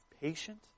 patient